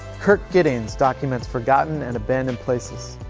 kirk gittings documents forgotten and abandoned places.